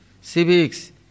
civics